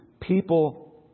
people